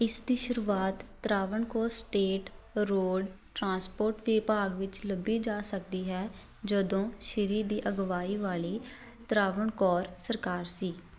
ਇਸ ਦੀ ਸ਼ੁਰੂਆਤ ਤ੍ਰਾਵਣਕੋਰ ਸਟੇਟ ਰੋਡ ਟਰਾਂਸਪੋਰਟ ਵਿਭਾਗ ਵਿੱਚ ਲੱਭੀ ਜਾ ਸਕਦੀ ਹੈ ਜਦੋਂ ਸ਼੍ਰੀ ਦੀ ਅਗਵਾਈ ਵਾਲੀ ਤ੍ਰਾਵਣਕੌਰ ਸਰਕਾਰ ਸੀ